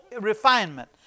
refinement